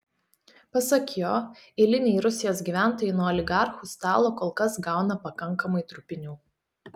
pasak jo eiliniai rusijos gyventojai nuo oligarchų stalo kol kas gauna pakankamai trupinių